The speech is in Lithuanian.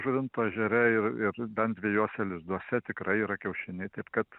žuvinto ežere ir ir bent dviejose lizduose tikrai yra kiaušiniai taip kad